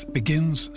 begins